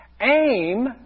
Aim